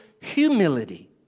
humility